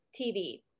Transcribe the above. TV